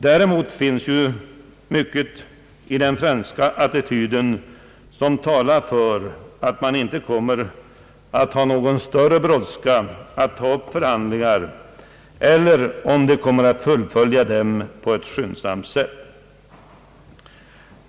Däremot finns ju mycket i den franska attityden som talar för att man inte kommer att ha någon större brådska att ta upp förhandlingar, liksom att man inte kommer att fullfölja eventuella förhandlingar på ett skyndsamt sätt.